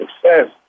success